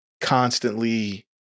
constantly